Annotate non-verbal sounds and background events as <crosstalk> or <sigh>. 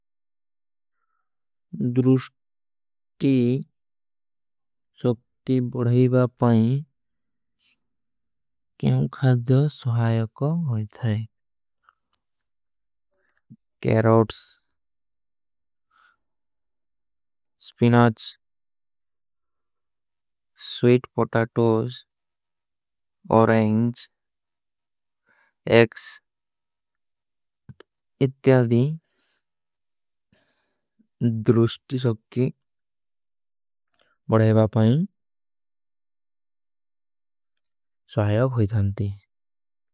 ଦୁରୁଷ୍ଟୀ <hesitation> ସବ୍ଟୀ ବଡେବା ପାଏଂ। କ୍ଯୋଂ ଖାଜୋ ସୋହାଯକ ହୋଈ ଥାଈ carrots. Spinach, sweet potatoes, orange, eggs. ଇତ୍ଯାଲଦୀ <hesitation> ଦୁରୁଷ୍ଟୀ ସବ୍ଟୀ। ବଡେବା ପାଏଂ ସୋହାଯକ ହୋଈ ଥାନତୀ।